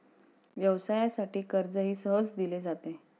व्यवसायासाठी कर्जही सहज दिले जाते